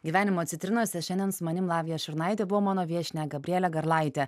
gyvenimo citrinose šiandien su manim lavija šurnaite buvo mano viešnia gabrielė garlaitė